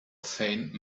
faint